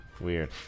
weird